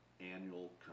annual